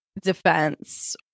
defense